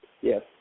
Yes